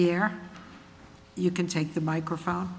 here you can take the microphone